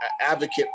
advocate